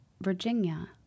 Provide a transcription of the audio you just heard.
Virginia